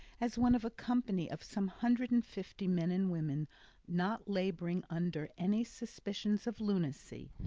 as one of a company of some hundred and fifty men and women not labouring under any suspicions of lunacy,